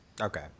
Okay